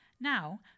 Now